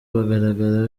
bagaragara